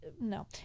no